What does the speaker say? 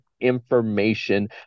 information